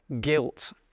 guilt